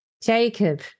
Jacob